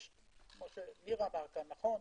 כפי שניר אמר כאן נכון,